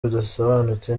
budasobanutse